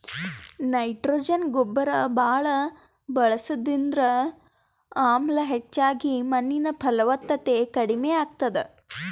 nitrogen ಗೊಬ್ಬರ್ ಭಾಳ್ ಬಳಸದ್ರಿಂದ ಆಮ್ಲ ಹೆಚ್ಚಾಗಿ ಮಣ್ಣಿನ್ ಫಲವತ್ತತೆ ಕಡಿಮ್ ಆತದ್